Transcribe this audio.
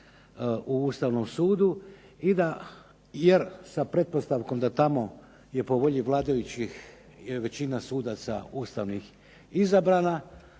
u Ustavnom sudu jer sa pretpostavkom da tamo je po volji vladajućih je većina sudaca ustavnih izabrana